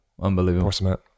unbelievable